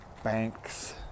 banks